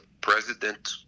president